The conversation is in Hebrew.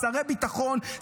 שרי ביטחון,